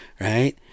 Right